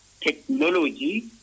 technology